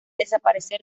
desaparecer